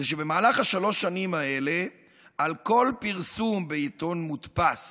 ובמהלך שלוש השנים האלה על כל פרסום בעיתון מודפס